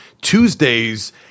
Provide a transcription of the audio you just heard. Tuesdays